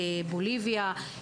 בוליביה.